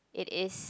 it is